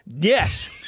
Yes